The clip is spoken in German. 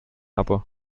aber